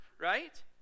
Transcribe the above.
right